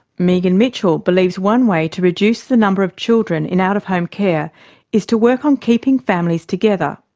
megan mitchell believes one way to reduce the number of children in out-of-home care is to work on keeping families together.